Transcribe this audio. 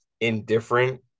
indifferent